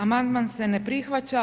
Amandman se ne prihvaća.